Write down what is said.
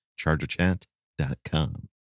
chargerchat.com